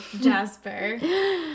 Jasper